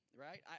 right